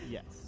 Yes